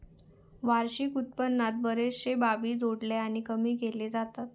वार्षिक उत्पन्नात बरेचशे बाबी जोडले आणि कमी केले जातत